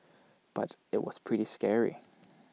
but IT was pretty scary